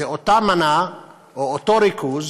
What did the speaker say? זו אותה מנה או אותו ריכוז